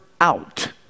out